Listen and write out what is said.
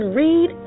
read